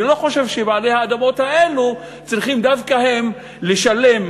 ואני לא חושב שבעלי האדמות האלה צריכים דווקא הם לשלם,